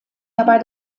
dabei